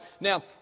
now